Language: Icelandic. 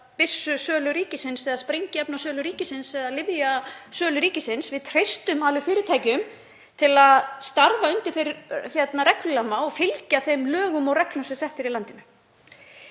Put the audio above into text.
byssusölu ríkisins eða sprengiefnasölu ríkisins eða lyfjasölu ríkisins. Við treystum alveg fyrirtækjum til að starfa undir þeim regluramma og fylgja þeim lögum og reglum sem settar eru í landinu.